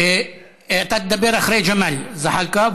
אתה תדבר אחרי ג'מאל זחאלקה.